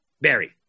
Barry